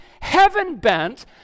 heaven-bent